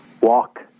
Walk